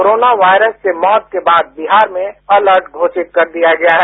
corona virus की मौत के बाद बिहार में अलर्ट घोषित कर दिया गया है